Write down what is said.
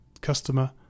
customer